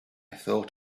thought